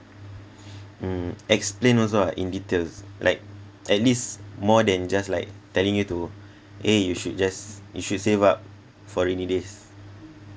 mm explain also ah in details like at least more than just like telling you to eh you should just you should save up for rainy days